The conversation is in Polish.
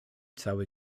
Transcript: cały